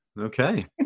Okay